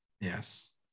Yes